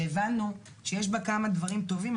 והבנו שיש בה כמה דברים טובים.